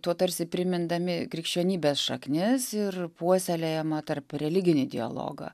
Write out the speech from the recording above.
tuo tarsi primindami krikščionybės šaknis ir puoselėjamą tarpreliginį dialogą